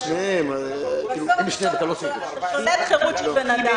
בסוף אתה שולל חירות של בן אדם.